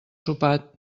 sopat